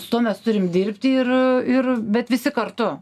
su tuo mes turim dirbti ir ir bet visi kartu